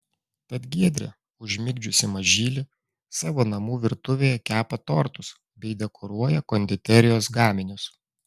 tad giedrė užmigdžiusi mažylį savo namų virtuvėje kepa tortus bei dekoruoja konditerijos gaminius